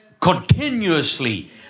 continuously